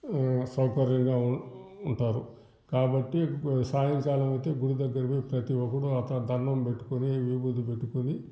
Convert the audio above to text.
సౌకర్యంగా ఉంటారు కాబట్టి సాయంకాలం అయితే గుడి దగ్గర పోయి ప్రతి ఒక్కడు అటా దండం పెట్టుకొని విబూది పెట్టుకొని